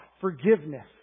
forgiveness